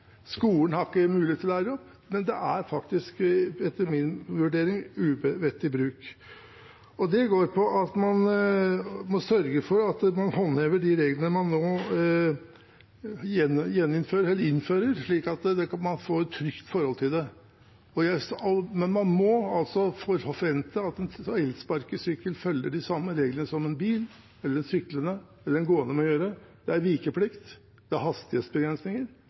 Skolen har ikke mulighet til å lære opp. Men det er faktisk, etter min vurdering, uvettig bruk. Man må sørge for at man håndhever de reglene man nå innfører, slik at man får et trygt forhold til det. Men man må også forvente at en på elsparkesykkel følger de samme reglene som en bilist, en syklende eller en gående må gjøre. Det er vikeplikt. Det er hastighetsbegrensninger.